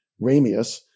Ramius